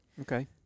Okay